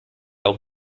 auch